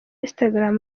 instagram